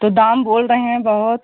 तो दाम बोल रहे हैं बहुत